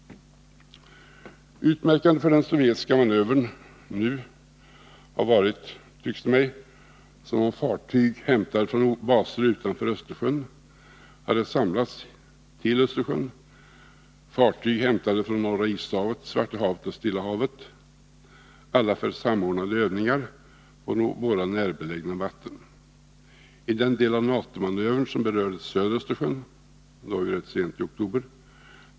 Utmärkande för den sovjetiska manövern nu har varit, tycks det mig, att fartyg hämtade från baser utanför Östersjön — fartyg från Norra Ishavet. Svarta havet och Stilla havet — hade samlats i Östersjön. alla för samordnade övningar på våra närbelägna vatten. I den del av NATO-manövern som berörde södra Östersjön, rätt sent i oktober.